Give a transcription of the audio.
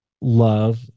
love